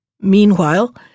Meanwhile